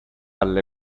alle